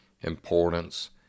importance